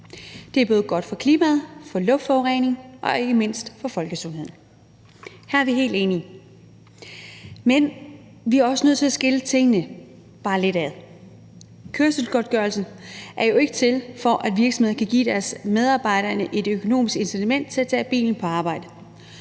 Det er både godt for klimaet, luftforureningen og ikke mindst folkesundheden. Her er vi helt enige. Men vi er også nødt til at skille tingene bare lidt ad. Kørselsgodtgørelsen er jo ikke til, for at virksomheder kan give deres medarbejdere et økonomisk incitament til at tage bilen på arbejde.